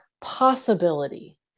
possibility